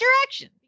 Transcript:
direction